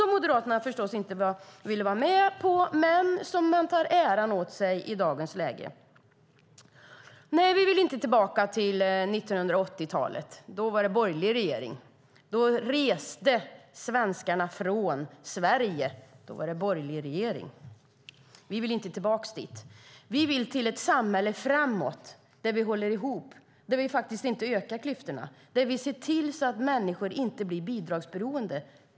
Moderaterna ville inte vara med, men i dagens läge tar man åt sig äran för det. Nej, vi vill inte tillbaka till 1980-talet. Då var det borgerlig regering. Då reste svenskarna från Sverige. Vi vill inte tillbaka dit. Vi vill till ett samhälle framåt där vi håller ihop, där vi inte ökar klyftorna och där vi ser till att människor inte blir bidragsberoende.